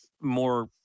more